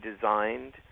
designed